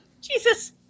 Jesus